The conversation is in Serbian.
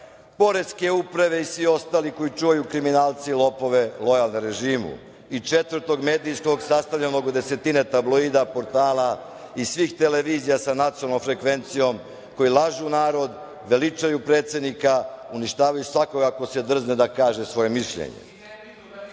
poreske uprave i svi ostali koji čuvaju kriminalce i lopove lojalne režimu i četvrtog, medijskog, sastavljenog od desetine tabloida, portala i svih televizija sa nacionalnom frekvencijom, koji lažu narod, veličaju predsednika, uništavaju svakoga ko se drzne da kaže svoje mišljenje. Na